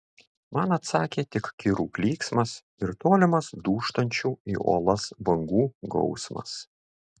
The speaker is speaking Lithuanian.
man atsakė tik kirų klyksmas ir tolimas dūžtančių į uolas bangų gausmas